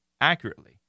accurately